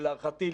להערכתי,